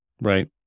Right